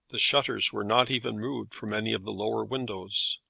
the shutters were not even moved from any of the lower windows.